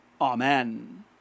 Amen